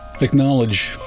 acknowledge